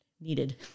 needed